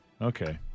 okay